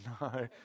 no